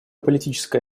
политическая